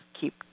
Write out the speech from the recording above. keep